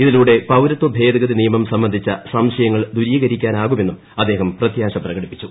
ഇതിലൂടെ പൌരത്വ ഭേദഗതി നിയമം സംബന്ധിച്ച സംശയങ്ങൾ ദൂരീകരിക്കാനാകുമെന്നും അദ്ദേഹം പ്രത്യാശ പ്രകടിപ്പിച്ചു